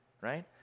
right